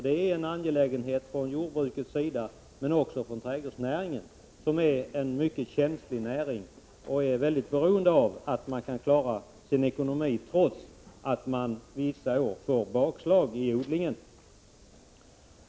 Det är en angelägenhet för jordbruket och även för trädgårdsnäringen, som är en mycket känslig näring, där man är mycket beroende av att kunna klara sin ekonomi också när vissa år ger bakslag i odlingen.